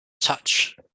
touch